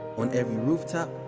on every rooftop,